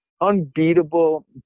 unbeatable